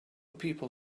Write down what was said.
people